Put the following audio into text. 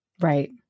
Right